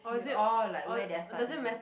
fi~ orh like where they're studying in